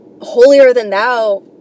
holier-than-thou